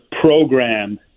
program